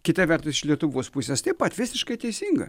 kita vertus iš lietuvos pusės taip pat visiškai teisinga